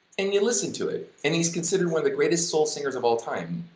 and you listen to it, and he's considered one of the greatest soul singers of all time,